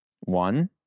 One